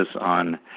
on